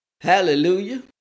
Hallelujah